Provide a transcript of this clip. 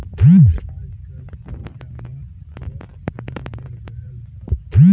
आजकल ईकामर्स क चलन बढ़ गयल हौ